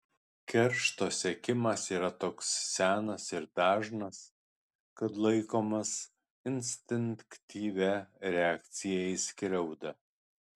keršto siekimas yra toks senas ir dažnas kad laikomas instinktyvia reakcija į skriaudą